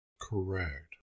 Correct